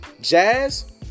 Jazz